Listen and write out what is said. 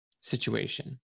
situation